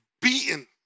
beaten